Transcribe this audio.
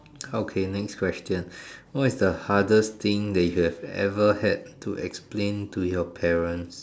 okay next question what is the hardest thing that you ever had to explain to your parents